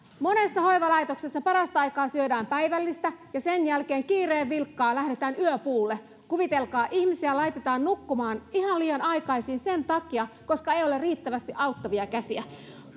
monessa hoivalaitoksessa parasta aikaa syödään päivällistä ja sen jälkeen kiireen vilkkaa lähdetään yöpuulle kuvitelkaa ihmisiä laitetaan nukkumaan ihan liian aikaisin sen takia että ei ole riittävästi auttavia käsiä